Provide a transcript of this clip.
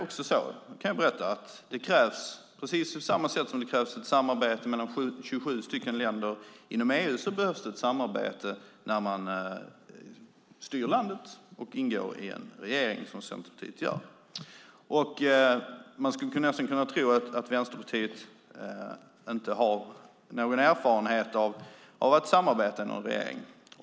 Precis på samma sätt som det krävs samarbete mellan de 27 länderna inom EU krävs det samarbete när man ingår i en regering och styr landet som Centerpartiet gör. Men Vänsterpartiet har ju ingen erfarenhet av att samarbeta i en regering.